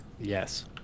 Yes